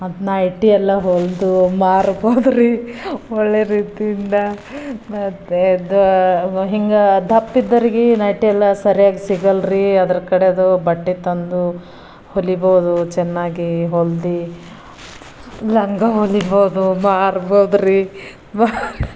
ಮತ್ತು ನೈಟಿಯೆಲ್ಲ ಹೊಲಿದು ಮಾರ್ಬೋದ್ರಿ ಒಳ್ಳೆಯ ರೀತಿಯಿಂದ ಮತ್ತು ದ ಹಿಂಗೆ ದಪ್ಪ ಇದ್ದವ್ರಿಗೆ ನೈಟಿ ಎಲ್ಲ ಸರಿಯಾಗಿ ಸಿಗಲ್ರಿ ಅದರ ಕಡೆದು ಬಟ್ಟೆ ತಂದು ಹೊಲಿಬೋದು ಚೆನ್ನಾಗಿ ಹೊಲ್ದು ಲಂಗ ಹೊಲಿಬೋದು ಮಾರ್ಬೋದ್ರಿ